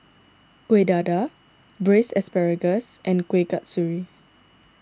Kueh Dadar Braised Asparagus and Kueh Kasturi